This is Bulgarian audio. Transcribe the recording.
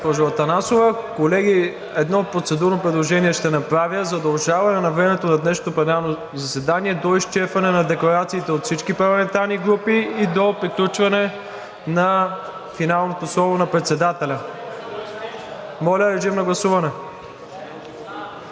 Атанасова. Колеги, едно процедурно предложение ще направя за удължаване на времето на днешното пленарно заседание до изчерпване на декларациите от всички парламентарни групи и до приключване на финалното слово на председателя. Моля, режим на гласуване.